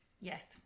Yes